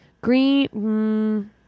green